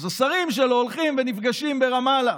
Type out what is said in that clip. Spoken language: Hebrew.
אז השרים שלו הולכים ונפגשים ברמאללה.